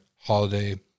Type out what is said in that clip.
holiday